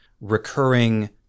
recurring